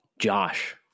Josh